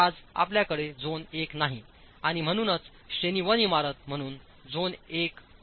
आज आपल्याकडे zone I नाही आणि म्हणूनच श्रेणी I इमारत म्हणून झोन I ओळखत असत